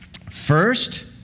first